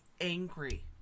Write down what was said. angry